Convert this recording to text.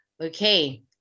okay